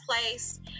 place